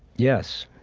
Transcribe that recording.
yes.